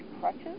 crutches